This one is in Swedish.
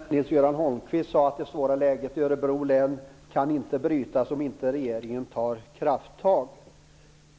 Herr talman! Nils-Göran Holmqvist sade att det svåra läget i Örebro län inte kan brytas om inte regeringen tar krafttag.